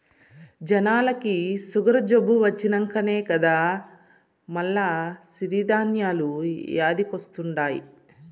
జనాలకి సుగరు జబ్బు వచ్చినంకనే కదా మల్ల సిరి ధాన్యాలు యాదికొస్తండాయి